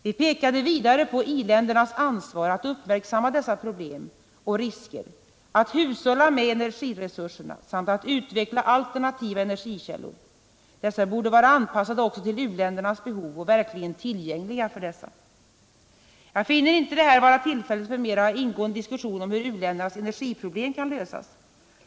Vi pekade vidare på iländernas ansvar att uppmärksamma dessa problem och risker, att hushålla med energiresurserna samt att utveckla alternativa energikällor. Dessa borde vara anpassade också till u-ländernas behov och verkligen vara tillgängliga för dessa. Jag finner inte det här vara tillfället för en mera ingående diskussion om hur u-ländernas energiproblem kan lösas.